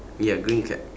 ya green cap